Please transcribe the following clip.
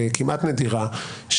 כמעט נדירה,